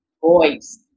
voice